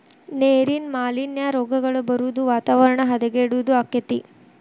ನೇರಿನ ಮಾಲಿನ್ಯಾ, ರೋಗಗಳ ಬರುದು ವಾತಾವರಣ ಹದಗೆಡುದು ಅಕ್ಕತಿ